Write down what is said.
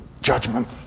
Judgment